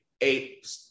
eight